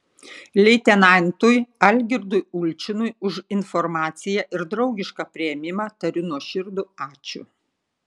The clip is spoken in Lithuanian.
leitenantui algirdui ulčinui už informaciją ir draugišką priėmimą tariu nuoširdų ačiū